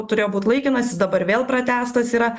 turėjo būt laikinas jis dabar vėl pratęstas yra